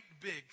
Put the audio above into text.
big